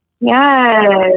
Yes